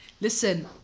listen